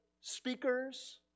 speakers